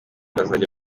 bazajya